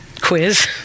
quiz